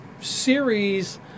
series